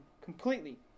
completely